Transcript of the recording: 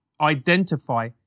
identify